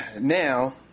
Now